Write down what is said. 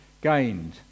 Gained